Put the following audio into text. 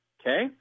Okay